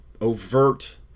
overt